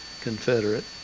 Confederate